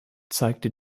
zeigte